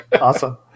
Awesome